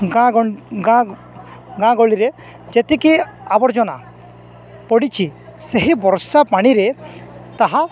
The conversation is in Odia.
ଗାଁ ଗାଁ ଗାଁ ଗହଳିରେ ଯେତିକି ଆବର୍ଜନା ପଡ଼ିଛି ସେହି ବର୍ଷା ପାଣିରେ ତାହା